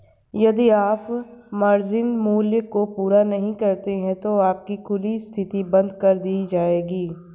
यदि आप मार्जिन मूल्य को पूरा नहीं करते हैं तो आपकी खुली स्थिति बंद कर दी जाएगी